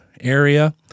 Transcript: area